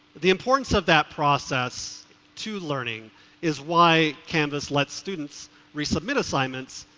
the importance of that process to learning is why canvass lets students resubmit assignments,